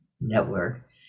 network